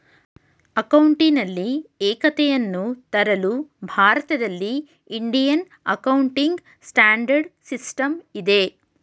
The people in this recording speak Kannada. ಅಕೌಂಟಿನಲ್ಲಿ ಏಕತೆಯನ್ನು ತರಲು ಭಾರತದಲ್ಲಿ ಇಂಡಿಯನ್ ಅಕೌಂಟಿಂಗ್ ಸ್ಟ್ಯಾಂಡರ್ಡ್ ಸಿಸ್ಟಮ್ ಇದೆ